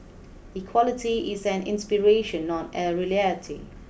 equality is an inspiration not a